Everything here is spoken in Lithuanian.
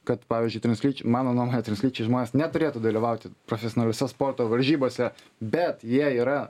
kad pavyzdžiui translyčiai mano nuomone translyčiai žmonės neturėtų dalyvauti profesionaliose sporto varžybose bet jie yra